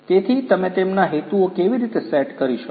તેથી તમે તેમના હેતુઓ કેવી રીતે સેટ કરી શકો